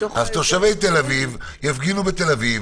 אז תושבי תל אביב יפגינו בתל אביב,